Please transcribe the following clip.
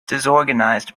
disorganized